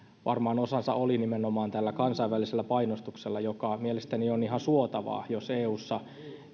varmaan osansa oli nimenomaan tällä kansainvälisellä painostuksella joka mielestäni on ihan suotavaa jos eussa